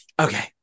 okay